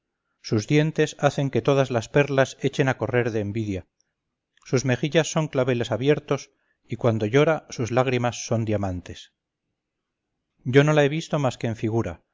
sus dientes hacen que todas las perlas echen a correr de envidia sus mejillas son claveles abiertos y cuando llora sus lágrimas son diamantes yo no la he visto más que en figura